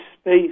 space